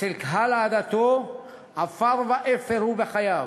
אצל קהל עדתו עפר ואפר הוא בחייו,